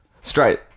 Straight